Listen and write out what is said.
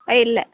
ஆ இல்லை